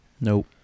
Nope